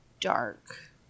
dark